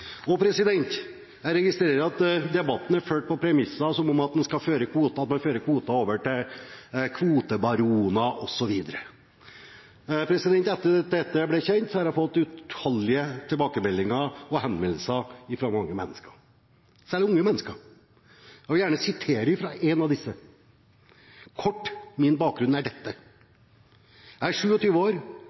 Jeg registrerer at debatten er ført på premisser som at man fører kvoter over til kvotebaroner, osv. Etter at dette ble kjent, har jeg fått utallige tilbakemeldinger og henvendelser fra mange mennesker, selv unge mennesker. Og jeg vil gjerne sitere fra en av disse: «Kort, min bakgrunn er denne. Jeg er 27 år,